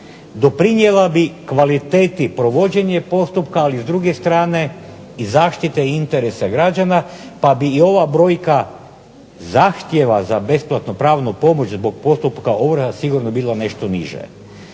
doprinijelo bi kvaliteti provođenje postupka ali s druge strane zaštite interesa građana, pa bi ova brojka zahtjeva za besplatnu pravnu pomoć zbog postupka ovrhe sigurno bilo nešto niže.